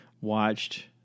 watched